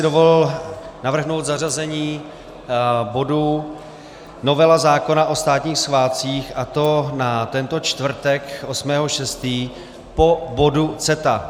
Dovolil bych si navrhnout zařazení bodu novela zákona o státních svátcích, a to na tento čtvrtek 8. 6. po bodu CETA.